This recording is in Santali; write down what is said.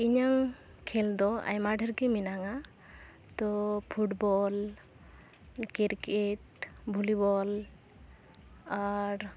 ᱤᱧᱟᱹ ᱠᱷᱮᱞ ᱫᱚ ᱟᱭᱢᱟ ᱰᱷᱮᱨ ᱜᱮ ᱢᱮᱱᱟᱜᱼᱟ ᱛᱚ ᱯᱷᱩᱴᱵᱚᱞ ᱠᱤᱨᱠᱮᱴ ᱵᱷᱚᱞᱤ ᱵᱚᱞ ᱟᱨ